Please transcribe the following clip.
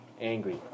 angry